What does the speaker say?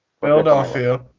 Philadelphia